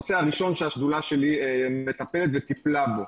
כנושא הראשון שהשדולה שלי מטפלת וטיפלה בו.